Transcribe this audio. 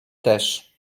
też